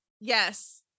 Yes